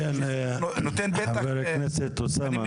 חבר הכנסת אוסאמה,